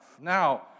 Now